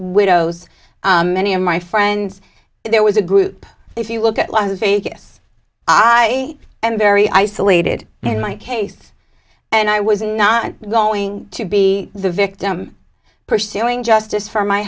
widows many of my friends there was a group if you look at las vegas i am very isolated in my case and i was not going to be the victim pursuing justice for my